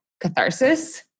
catharsis